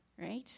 right